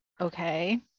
okay